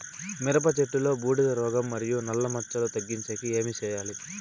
మిరప చెట్టులో బూడిద రోగం మరియు నల్ల మచ్చలు తగ్గించేకి ఏమి చేయాలి?